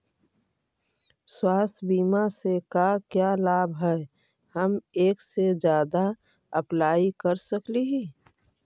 स्वास्थ्य बीमा से का क्या लाभ है हम एक से जादा अप्लाई कर सकली ही?